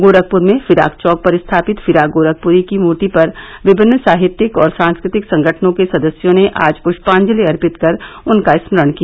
गोरखपुर में फिराक चौक पर स्थापित फिराक गोरखपुरी की मूर्ति पर विभिन्न साहित्यिक और सांस्कृतिक संगठनों के सदस्यों ने आज पुष्पांजलि अर्पित कर उनका स्मरण किया